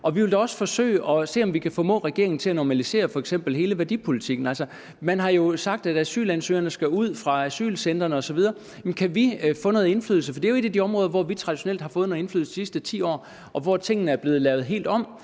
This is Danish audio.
Vi vil da også forsøge at se, om vi kan formå regeringen til at normalisere f.eks. hele værdipolitikken. Man har jo sagt, at asylansøgerne skal ud fra asylcentrene osv. Kan vi få noget indflydelse? For det er jo et af de områder, hvor vi traditionelt har fået noget indflydelse de sidste 10 år. Og tingene er blevet lavet helt om,